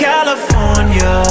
California